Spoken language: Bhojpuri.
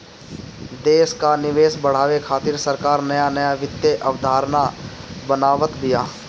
देस कअ निवेश बढ़ावे खातिर सरकार नया नया वित्तीय अवधारणा बनावत बिया